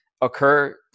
occur